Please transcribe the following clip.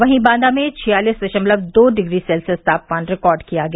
वहीं बांदा में छियालीस दशमलव दो डिग्री सेल्सियस तापमान रिकार्ड किया गया